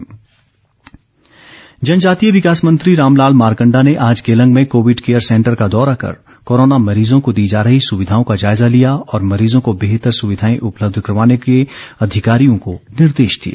मारकण्डा जनजातीय विकास मंत्री रामलाल मारकण्डा ने आज केलंग में कोविड केयर सैंटर का दौरा कर कोरोना मरीजों को दी जा रही सुविधाओं का जायजा लिया और मरीजों को बेहतर सुविधाएं उपलब्ध करवाने के अधिकारियों को निर्देश दिए